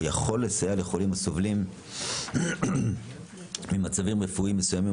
יכול לסייע לחולים הסובלים ממצבים רפואיים מסוימים,